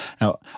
Now